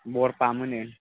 बरफाम होनो